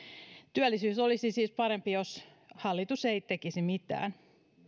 työllisyys olisi siis parempi jos hallitus ei tekisi mitään